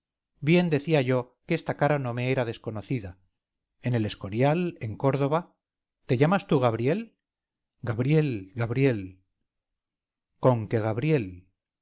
bien decía yo que esta cara no me era desconocida en el escorial en córdoba te llamas tú gabriel gabriel gabriel conque gabriel